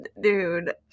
dude